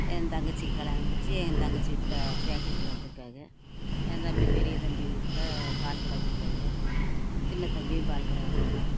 என் தங்கச்சிக்கு கல்யாணம் முடிச்சி என் தங்கச்சி வீட்டில் பேக்கரி கடை வச்சிருக்காக என் தம்பி பெரிய தம்பி வீட்டில் பால் கடைவச்சுருக்காங்க சின்ன தம்பியும் பால் கடை வச்சுருக்கான்